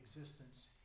existence